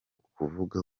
kuvuga